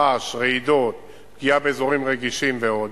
רעש, רעידות, פגיעה באזורים רגישים ועוד,